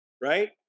right